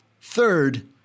Third